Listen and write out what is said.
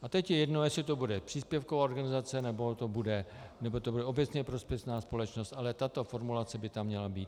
A teď je jedno, jestli to bude příspěvková organizace, nebo to bude obecně prospěšná společnost, ale tato formulace by tam měla být.